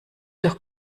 doch